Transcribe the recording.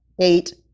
eight